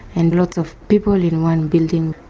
and lots of people in one building.